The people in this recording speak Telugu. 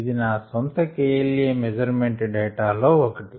ఇది నా సొంత K L a measurement data లో ఒకటి